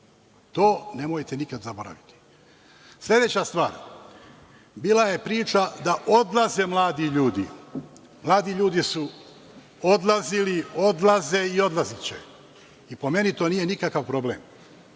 To nemojte nikad zaboraviti. Sledeća stvar, bila je priča da odlaze mladi ljudi. Mladi ljudi su odlazili, odlaze i odlaziće i po meni to nije nikakav problem.